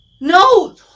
No